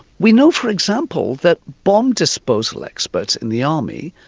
we know for example that bomb disposal experts in the army,